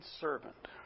servant